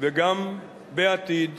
וגם בעתיד,